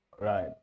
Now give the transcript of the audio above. Right